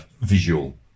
visual